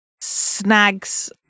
snags